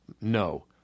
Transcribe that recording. no